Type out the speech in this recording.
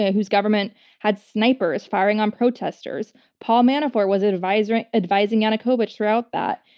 ah whose government had snipers firing on protesters. paul manafort was advising advising yanukovych throughout that.